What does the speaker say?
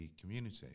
community